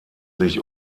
sich